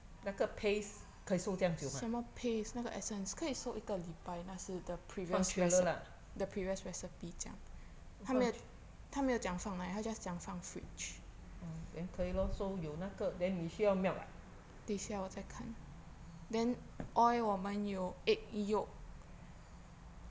那个 paste 可以收这样久吗放 chiller lah 放 chill~ oh then 可以 lor so 有那个 then 你需要 milk ah